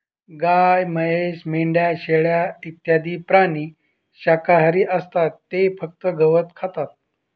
गाय, म्हैस, मेंढ्या, शेळ्या इत्यादी प्राणी शाकाहारी असतात ते फक्त गवत खातात